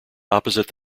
opposite